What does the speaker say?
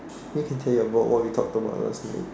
maybe you can say about what we talked about last night